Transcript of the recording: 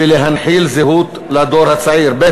ולהנחיל זהות לדור הצעיר, (ב)